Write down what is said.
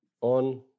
on